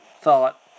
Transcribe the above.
thought